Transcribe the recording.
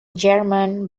german